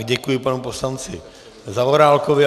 Děkuji panu poslanci Zaorálkovi.